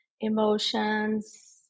emotions